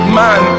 man